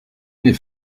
les